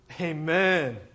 Amen